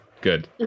Good